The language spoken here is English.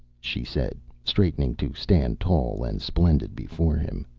she said, straightening to stand tall and splendid before him.